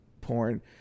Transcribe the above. porn